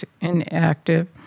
inactive